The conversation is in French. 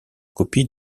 copies